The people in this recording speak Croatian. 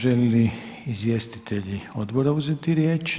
Žele li izvjestitelji odbora uzeti riječ?